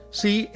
see